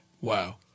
Wow